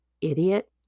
idiot